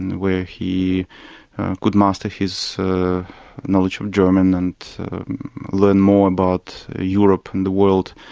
where he could master his knowledge of german and learn more about europe and the world.